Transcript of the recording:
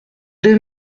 deux